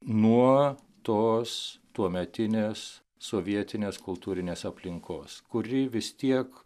nuo tos tuometinės sovietinės kultūrinės aplinkos kuri vis tiek